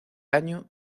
año